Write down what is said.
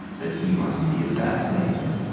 that he must be assassinated.